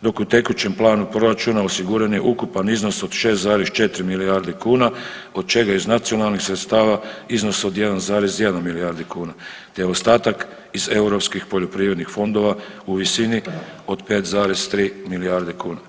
dok u tekućem planu proračuna osiguran je ukupan iznos od 6,4 milijarde kuna od čega iz nacionalnih sredstava iznos od 1,1 milijardu kuna te ostatak iz europskih poljoprivrednih fondova u visini od 5,3 milijarde kuna.